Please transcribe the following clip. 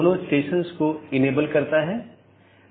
तो यह network layer reachability की जानकारी है